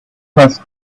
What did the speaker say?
was